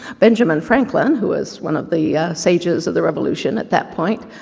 benjamin franklin, who was one of the sages of the revolution at that point,